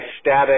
static